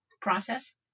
process